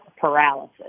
paralysis